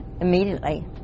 Immediately